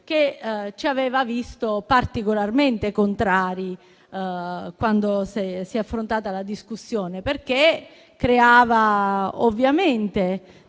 ci aveva visto particolarmente contrari quando si è affrontata la discussione, perché si creavano degli